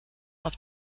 auf